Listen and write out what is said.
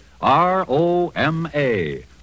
R-O-M-A